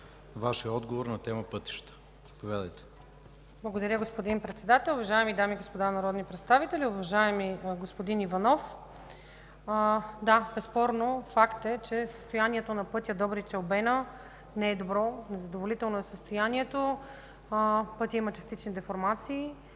Вашия отговор на тема „пътища”.